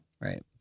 Right